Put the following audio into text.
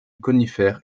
conifères